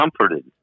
comforted